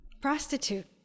prostitute